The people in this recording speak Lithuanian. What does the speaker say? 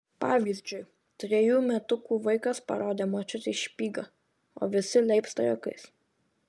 pavyzdžiui trejų metukų vaikas parodė močiutei špygą o visi leipsta juokais